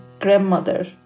grandmother